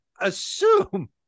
assume